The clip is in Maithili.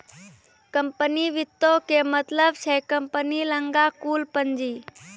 कम्पनी वित्तो के मतलब छै कम्पनी लगां कुल पूंजी